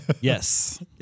Yes